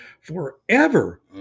forever